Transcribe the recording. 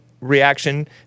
reaction